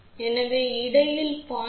எனவே இடையில் எதையும் 0